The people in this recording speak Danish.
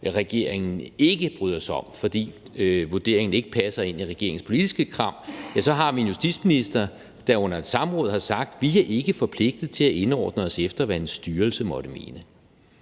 regeringen ikke bryder sig om, fordi vurderingen ikke passer ind i regeringens politiske kram. Så har vi en justitsminister, der er under et samråd har sagt: Vi er ikke forpligtet til at indordne os efter, hvad en styrelse måtte mene.